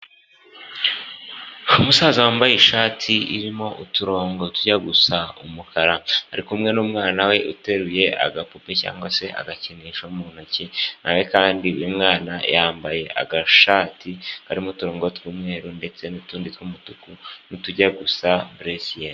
Umusaza wambaye ishati irimo uturongo tujya gusa umukara, ari kumwe n'umwana we uteruye agapupe cyangwa se agakinisho mu ntoki, na we kandi uyu mwana yambaye agashati karimo uturongo tw'umweru ndetse n'utundi tw'umutuku n'utujya gusa buresiyeri.